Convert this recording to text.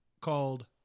called